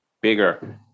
bigger